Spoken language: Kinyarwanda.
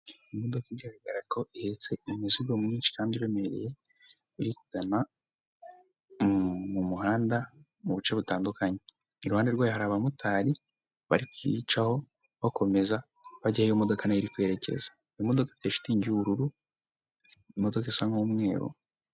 Imodoka igaragara ko ihetse imizigo mwinyinshi kandi iremereye iri kugana mu muhanda mubice bitandukanye .Iruhande rwayo hari abamotari bari kuyicaho bakomeza bajya aho iyo modoka iri kwerekeza; imodoka ifite shitingi y'uruburu, imodoka isa nk'umweru.